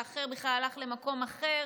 והאחר בכלל הלך למקום אחר,